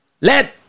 Let